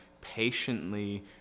patiently